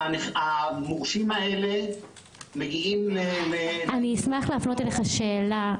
המורשים האלה מגיעים --- אני אשמח להפנות אליך שאלה.